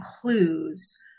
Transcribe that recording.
clues